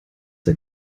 der